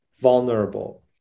vulnerable